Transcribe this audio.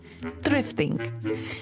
thrifting